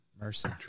Mercy